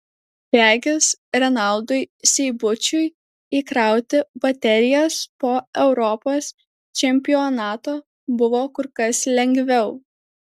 regis renaldui seibučiui įkrauti baterijas po europos čempionato buvo kur kas lengviau